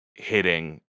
hitting